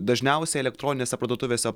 dažniausiai elektroninėse parduotuvėse